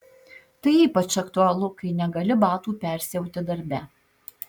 tai ypač aktualu kai negali batų persiauti darbe